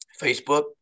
facebook